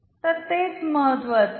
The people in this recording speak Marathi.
तर तेच महत्त्वाचं आहे